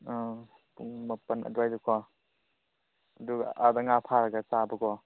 ꯑꯥ ꯄꯨꯡ ꯃꯥꯄꯜ ꯑꯗꯨꯋꯥꯏꯗꯀꯣ ꯑꯗꯨꯒ ꯑꯗꯥ ꯉꯥ ꯐꯔꯒ ꯆꯥꯕꯀꯣ